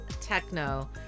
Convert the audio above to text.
techno